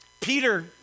Peter